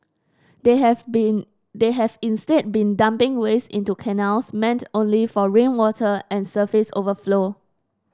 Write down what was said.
they have been they have instead been dumping waste into canals meant only for rainwater and surface overflow